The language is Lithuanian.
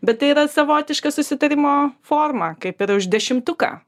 bet tai yra savotiška susitarimo forma kaip ir už dešimtuką